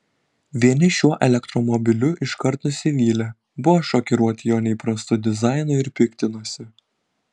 vieni šiuo elektromobiliu iškart nusivylė buvo šokiruoti jo neįprastu dizainu ir piktinosi